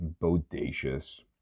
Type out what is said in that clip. bodacious